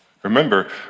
Remember